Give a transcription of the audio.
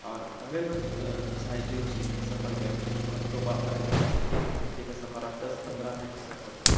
اور پہلے لوگ سائیکلوں سے سفر کیا کرتے تھے اب تو باقاعدہ ایک گھنٹے کا سفر اب دس پندرہ منٹ میں کر سکتے ہیں